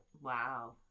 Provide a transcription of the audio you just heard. Wow